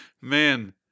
man